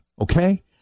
okay